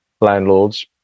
landlords